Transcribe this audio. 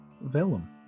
Vellum